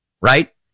right